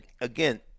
again